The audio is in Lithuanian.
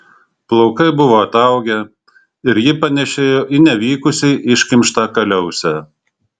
plaukai buvo ataugę ir ji panėšėjo į nevykusiai iškimštą kaliausę